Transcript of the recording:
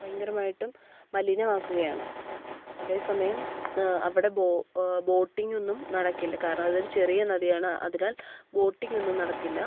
ഭയങ്കരമായിട്ടും മലിനമാക്കുകയാണ് അതേ സമയം അവിടെ ബോട്ടിംഗൊന്നും നടക്കില്ല കാരണം അതൊരു ചെറിയ നദിയാണ് അതിനാൽ ബോട്ടിംഗൊന്നും നടക്കില്ല